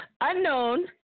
Unknown